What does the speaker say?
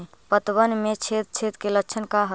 पतबन में छेद छेद के लक्षण का हइ?